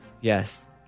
Yes